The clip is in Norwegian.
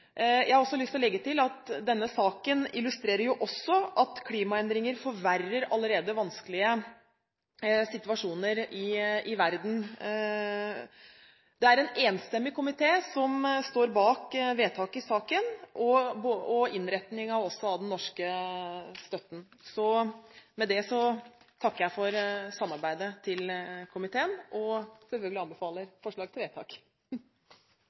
Jeg har lyst til å legge til at denne saken illustrerer også at klimaendringer forverrer allerede vanskelige situasjoner i verden. Det er en enstemmig komité som står bak vedtaket i saken og også innretningen på den norske støtten. Med dette takker jeg komiteen for samarbeidet og anbefaler selvfølgelig forslaget til vedtak.